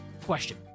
question